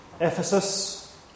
Ephesus